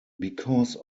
because